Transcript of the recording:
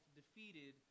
defeated